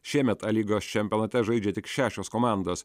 šiemet a lygos čempionate žaidžia tik šešios komandos